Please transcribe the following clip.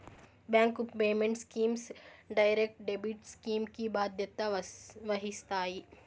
bank payment schemes direct debit scheme కి బాధ్యత వహిస్తాయి